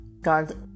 God